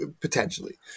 potentially